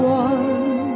one